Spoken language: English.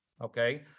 Okay